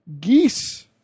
geese